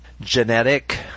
genetic